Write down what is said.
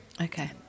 Okay